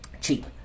Cheap